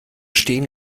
stehen